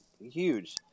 huge